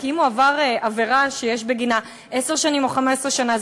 כי אם הוא עבר עבירה שיש בגינה עשר שנים או 15 שנה,